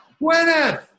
Gwyneth